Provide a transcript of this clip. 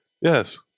Yes